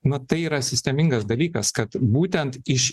nu tai yra sistemingas dalykas kad būtent iš